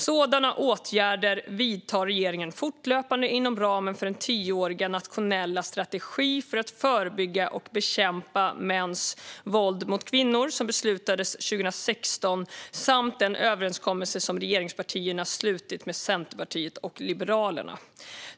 Sådana åtgärder vidtar regeringen fortlöpande inom ramen för den tioåriga nationella strategi för att förebygga och bekämpa mäns våld mot kvinnor som beslutades 2016 samt den överenskommelse som regeringspartierna har slutit med Centerpartiet och Liberalerna.